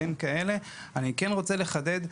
אני כן רוצה לחדד,